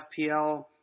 FPL